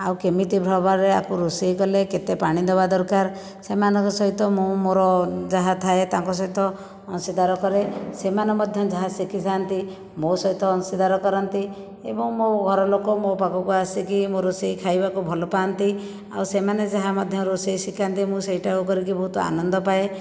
ଆଉ କେମିତି ଭ୍ରବାରେ ଆକୁ ରୋଷେଇ କଲେ କେତେ ପାଣି ଦବା ଦରକାର ସେମାନଙ୍କ ସହିତ ମୁଁ ମୋର ଯାହା ଥାଏ ତାଙ୍କ ସହିତ ଅଂଶୀଧାର କରେ ସେମାନେ ମଧ୍ୟ ଯାହା ଶିଖିଥାନ୍ତି ମୋ ସହିତ ଅଂଶୀଧାର କରନ୍ତି ଏବଂ ମୋ ଘରଲୋକ ମୋ ପାଖକୁ ଆସିକି ମୋ ରୋଷେଇ ଖାଇବାକୁ ଭଲ ପାଆନ୍ତି ଆଉ ସେମାନେ ଯାହା ମଧ୍ୟ ରୋଷେଇ ଶିଖାନ୍ତି ମୁଁ ସେଇଟାକୁ କରିକି ବହୁତ ଆନନ୍ଦ ପାଏ